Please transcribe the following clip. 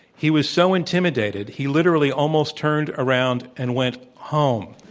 he was so intimidated, he literally almost turned around and went home.